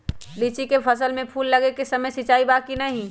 लीची के फसल में फूल लगे के समय सिंचाई बा कि नही?